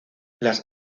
las